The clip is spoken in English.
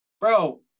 Bro